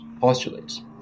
postulates